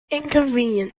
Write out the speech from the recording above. inconvenient